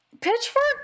Pitchfork